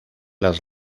las